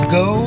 go